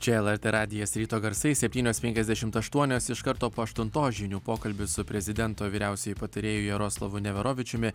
čia lrt radijas ryto garsai septynios penkiasdešimt aštuonios iš karto po aštuntos žinių pokalbis su prezidento vyriausiuoju patarėju jaroslavu neverovičiumi